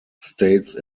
states